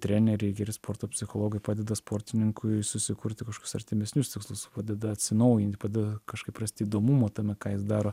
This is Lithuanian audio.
treneriai geri sporto psichologai padeda sportininkui susikurti kažkokius artimesnius tikslus padeda atsinaujint padeda kažkaip rast įdomumo tame ką jis daro